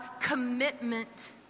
commitment